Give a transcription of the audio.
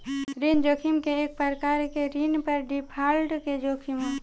ऋण जोखिम एक प्रकार के ऋण पर डिफॉल्ट के जोखिम ह